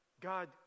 God